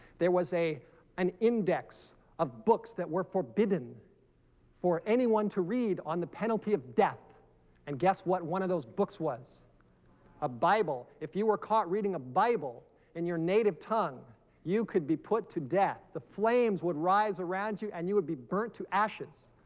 there was a an index of books that were forbidden for anyone to read on the penalty of death and guess what one of those books was a bible if you were caught reading a bible in your native tongue you could be put to death the flames would rise around you and you would be burnt to ashes